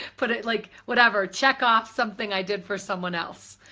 put it like whatever, check off something i did for someone else.